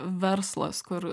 verslas kur